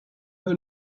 her